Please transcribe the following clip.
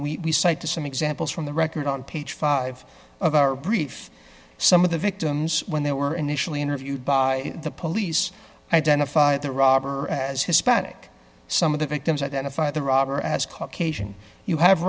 cited some examples from the record on page five of our brief some of the victims when they were initially interviewed by the police identified the robber as hispanic some of the victims identified the robber as caucasian you have